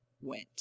went